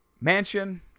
mansion